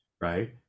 right